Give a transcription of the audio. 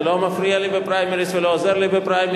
זה לא מפריע לי בפריימריז ולא עוזר לי בפריימריז.